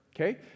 Okay